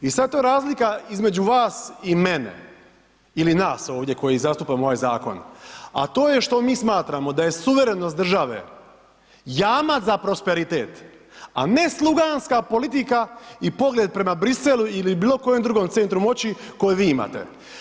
I sada to razlika između vas i mene ili nas ovdje koji zastupamo ovaj zakon, a to je što mi smatramo da je suverenost države jamac za prosperitet, a ne sluganska politika i pogled prema Bruxellesu ili bilo kojem drugom centru moći koje vi imate.